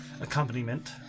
accompaniment